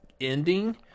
ending